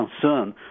concern